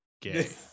gay